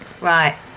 right